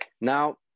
Now